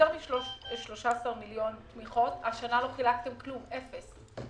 מ-13 מיליון תמיכות, השנה לא חילקתם כלום, אפס.